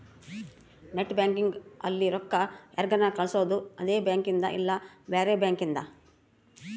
net banking ಅಲ್ಲಿ ರೊಕ್ಕ ಯಾರ್ಗನ ಕಳ್ಸೊದು ಅದೆ ಬ್ಯಾಂಕಿಂದ್ ಇಲ್ಲ ಬ್ಯಾರೆ ಬ್ಯಾಂಕಿಂದ್